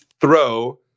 throw